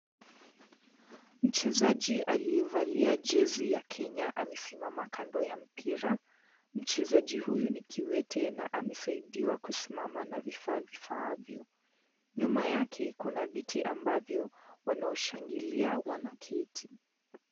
Mchezaji aliyevalia jezi ya Kenya amesimama kando ya mpira. Mchezaji huyu ni kiwete na amesaidiwa kusimama na vifaa vifaavyo. Nyuma yake, kuna viti ambavyo, wanaoshangilia wanaketi.